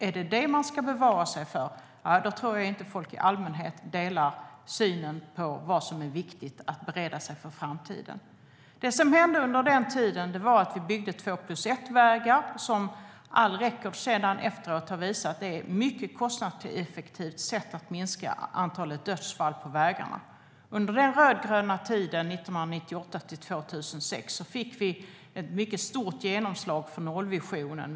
Är det detta man ska bevara sig för? Då tror jag inte att folk i allmänhet delar synen på vad som är viktigt när det gäller att bereda sig för framtiden. Det som hände under den tiden var att vi byggde två-plus-ett-vägar som all record efteråt har visat är ett mycket effektivt sätt att minska antalet dödsfall på vägarna. Under den rödgröna tiden, 1998-2006, fick vi ett mycket stort genomslag för nollvisionen.